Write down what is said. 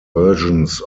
versions